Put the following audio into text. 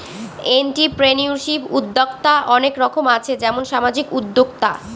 entrepreneurship উদ্যক্তা অনেক রকম আছে যেমন সামাজিক উদ্যোক্তা